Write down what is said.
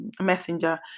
messenger